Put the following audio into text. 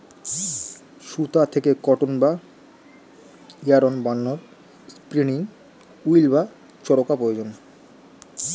সুতা থেকে কটন বা ইয়ারন্ বানানোর স্পিনিং উঈল্ বা চরকা প্রয়োজন